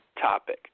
topic